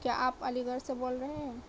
کیا آپ علی گڑھ سے بول رہے ہیں